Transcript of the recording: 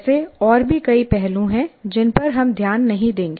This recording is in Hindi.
ऐसे और भी कई पहलू हैं जिन पर हम ध्यान नहीं देंगे